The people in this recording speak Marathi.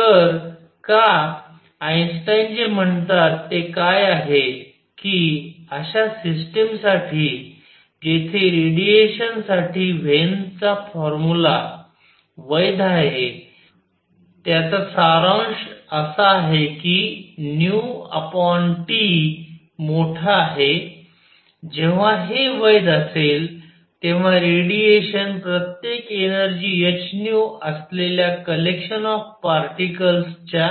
तर का आइन्स्टाईन जे म्हणतात ते काय आहे की अश्या सिस्टम साठी जेथे रेडिएशनसाठी व्हेन्स चा फॉर्म्युला वैध आहे आणि त्याचा सारांश असा आहे कि Tमोठा आहे जेव्हा हे वैध असेल तेव्हा रेडिएशन प्रत्येकी एनर्जी h असलेल्या कलेक्शन ऑफ पार्टिकल्स च्या